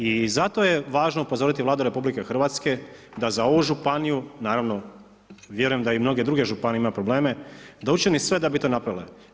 I zato je važno upozoriti Vladu RH da za ovu županiju naravno, vjerujem da i mnoge druge županije imaju problem da učini sve da bi to napravile.